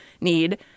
need